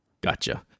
Gotcha